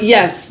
Yes